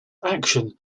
action